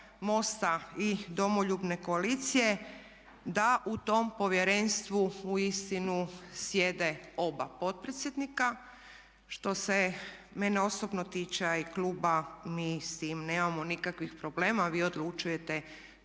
i Domoljubne koalicije da u tom povjerenstvu uistinu sjede oba potpredsjednika. Što se mene osobno tiče a i kluba mi s tim nemamo nikakvih problema a vi odlučujete